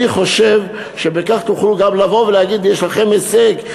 אני חושב שבכך תוכלו גם לבוא ולהגיד שיש לכם הישג,